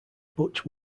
butch